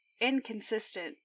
inconsistent